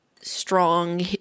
strong